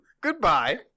Goodbye